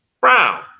brown